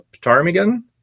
Ptarmigan